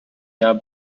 jahr